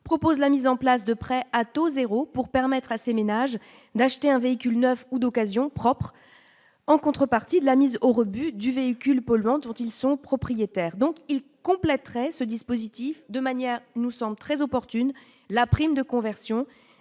propose la mise en place de prêts à taux 0 pour permettre à ces ménages d'acheter un véhicule 9 ou d'occasion, propres, en contrepartie de la mise au rebut du véhicule polluant dont ils sont propriétaires donc il complèterait ce dispositif de manière nous sommes très opportune la prime de conversion.